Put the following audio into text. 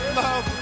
love